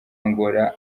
angola